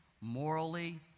morally